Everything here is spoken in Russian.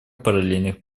параллельных